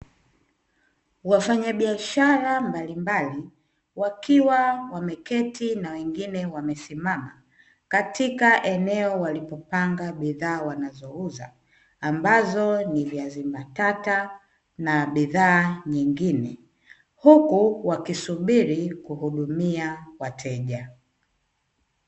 Wafanyabiashara mbalimbali wakiwa wameketi na wengine wamesimama katika eneo walilopanga bidhaa wanazouza, ambazo ni viazi mbatata na bidhaa nyingine; huku wakisubiri kuhudumia wateja.